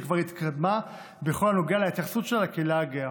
שכבר התקדמה בכל הנוגע להתייחסות שלה לקהילה הגאה.